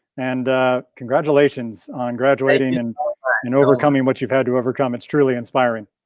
and congratulations on graduating and in overcoming what you've had to overcome, it's truly inspiring.